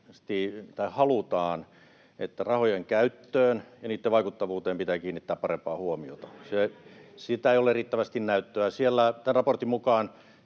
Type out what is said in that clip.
halutaan, että rahojen käyttöön ja niitten vaikuttavuuteen pitää kiinnittää parempaa huomiota. Siitä ei ole riittävästi näyttöä. Tämän raportin mukaan